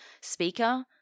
speaker